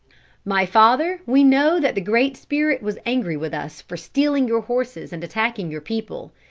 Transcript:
my father, we know that the great spirit was angry with us for stealing your horses and attacking your people.